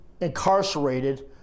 incarcerated